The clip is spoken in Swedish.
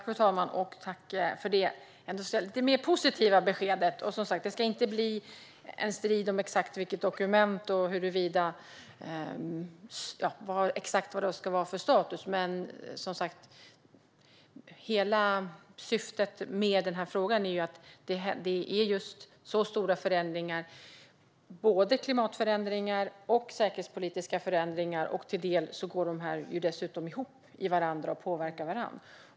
Fru talman! Tack för det mer positiva beskedet! Det ska som sagt inte bli en strid om exakt vilket dokument det ska vara och vilken status det ska ha, men hela syftet med denna fråga är att peka på de stora förändringarna - både klimatförändringar och säkerhetspolitiska förändringar, som till viss del dessutom går ihop och påverkar varandra.